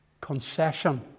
concession